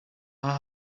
aha